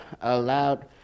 allowed